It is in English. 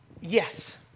Yes